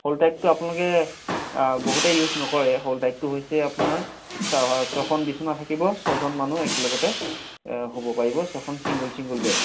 হ'ল টাইপটো আপোনালোকে বহুতে ইউজ নকৰে হ'ল টাইপটো হৈছে আপোনাৰ ছ ছখন বিছনা থাকিব ছয়জন মানুহ একেলগতে শুব পাৰিব ছখন ছিংগুল ছিংগুল বেড